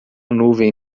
nuvem